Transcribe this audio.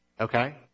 okay